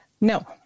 No